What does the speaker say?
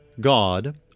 God